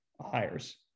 hires